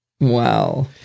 Wow